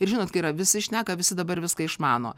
ir žinot yra visi šneka visi dabar viską išmano